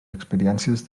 experiències